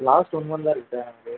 last one மன்த்தாக இருக்கு sir எனக்கு